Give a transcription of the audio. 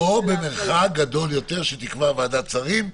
"או במרחק גדול יותר שתקבע ועדת שרים,